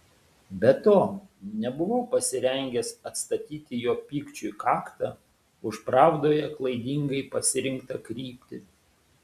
be to nebuvau pasirengęs atstatyti jo pykčiui kaktą už pravdoje klaidingai pasirinktą kryptį